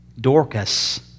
Dorcas